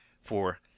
for